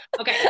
Okay